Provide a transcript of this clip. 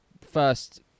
first